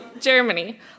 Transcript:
Germany